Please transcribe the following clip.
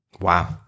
Wow